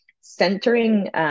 centering